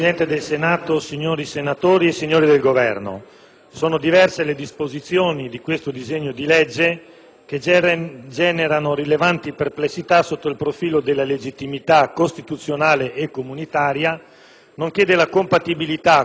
sono diverse le disposizioni del disegno di legge n. 733 che generano rilevanti perplessità sotto il profilo della legittimità costituzionale e comunitaria, nonché della compatibilità con le norme di diritto internazionale vincolanti per l'Italia.